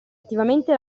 attivamente